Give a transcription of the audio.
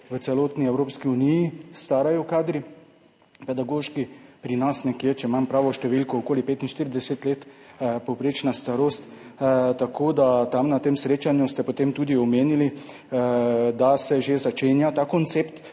v celotni Evropski uniji starajo pedagoški kadri, pri nas je, če imam pravo številko, okoli 45 let povprečna starost. Na tem srečanju ste potem tudi omenili, da se že začenja koncept